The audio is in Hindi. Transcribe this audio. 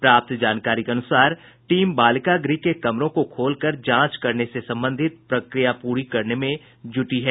प्राप्त जानकारी के अनुसार टीम बालिका गृह के कमरों को खोलकर जांच करने से संबंधित प्रक्रिया पूरी करने में जुटी है